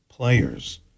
Players